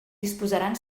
disposaran